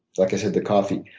like i said, the coffee.